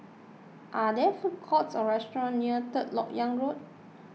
are there food courts or restaurant near Third Lok Yang Road